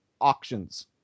Auctions